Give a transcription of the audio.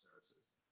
services